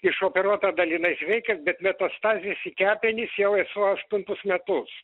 išoperuota dalinais veikia bet metastazės į kepenis jau esu aštuntus metus